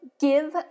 Give